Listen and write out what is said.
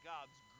God's